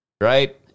right